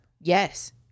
Yes